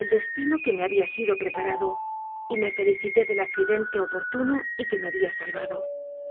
el destino que me había sido preparado y me felicité del accidente oportuno y que me había salvado